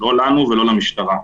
לא לנו ולא למשטרה.